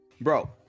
Bro